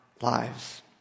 lives